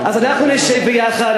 אז אנחנו נשב ביחד,